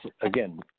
again